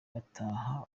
bataha